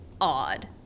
odd